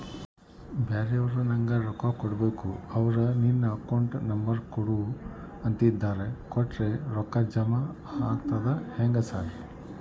ಬ್ಯಾರೆವರು ನಂಗ್ ರೊಕ್ಕಾ ಕೊಡ್ಬೇಕು ಅವ್ರು ನಿನ್ ಅಕೌಂಟ್ ನಂಬರ್ ಕೊಡು ಅಂತಿದ್ದಾರ ಕೊಟ್ರೆ ರೊಕ್ಕ ಜಮಾ ಆಗ್ತದಾ ಹೆಂಗ್ ಸಾರ್?